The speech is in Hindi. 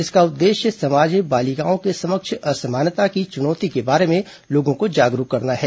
इसका उद्देश्य समाज में बालिकाओं के समक्ष असमानता की चुनौती के बारे में लोगों को जागरूक करना है